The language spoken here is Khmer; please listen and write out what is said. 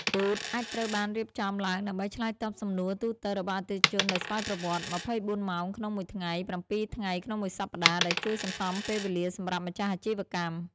បូតអាចត្រូវបានរៀបចំឡើងដើម្បីឆ្លើយតបសំណួរទូទៅរបស់អតិថិជនដោយស្វ័យប្រវត្តិ ២៤ ម៉ោងក្នុងមួយថ្ងៃ ៧ ថ្ងៃក្នុងមួយសប្ដាហ៍ ដែលជួយសន្សំពេលវេលាសម្រាប់ម្ចាស់អាជីវកម្ម។